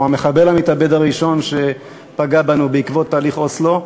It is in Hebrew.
או המחבל המתאבד הראשון שפגע בנו בעקבות תהליך אוסלו.